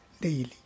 daily